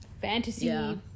fantasy